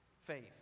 faith